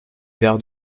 verre